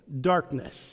darkness